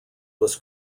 was